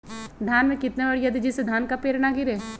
धान में कितना यूरिया दे जिससे धान का पेड़ ना गिरे?